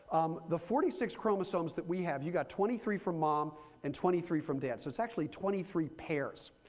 um the forty six chromosomes that we have, you got twenty three from mom and twenty three from dad. so it's actually twenty three pairs.